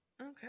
okay